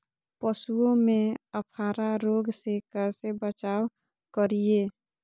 पशुओं में अफारा रोग से कैसे बचाव करिये?